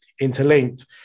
interlinked